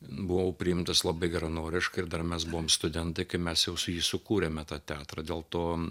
buvau priimtas labai geranoriškai ir dar mes buvom studentai kai mes jau su jais sukūrėme tą teatrą dėl to